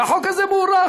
והחוק הזה מוארך.